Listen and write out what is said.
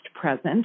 Present